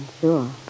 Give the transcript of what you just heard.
Sure